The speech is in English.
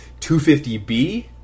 250B